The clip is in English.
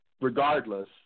regardless –